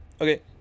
okay